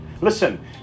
Listen